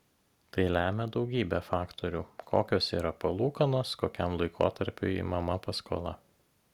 tai lemia daugybė faktorių kokios yra palūkanos kokiam laikotarpiui imama paskola